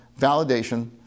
validation